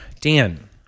Dan